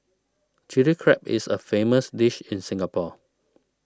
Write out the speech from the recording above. Chilli Crab is a famous dish in Singapore